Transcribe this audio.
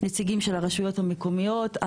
נציגים של הרשויות המקומיות,